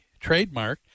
trademarked